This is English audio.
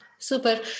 Super